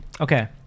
okay